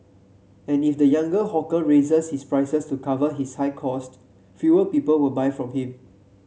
and if the younger hawker raises his prices to cover his high cost fewer people will buy from him